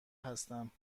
هستم